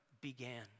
began